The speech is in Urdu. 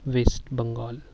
ویسٹ بنگال